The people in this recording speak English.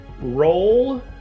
roll